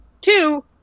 Two